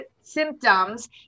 symptoms